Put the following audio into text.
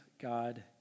God